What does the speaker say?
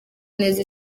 neza